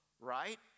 right